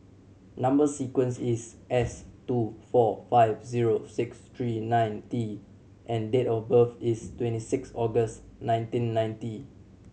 number sequence is S two four five zero six three nine T and date of birth is twenty six August nineteen ninety